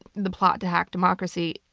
the plot to hack democracy,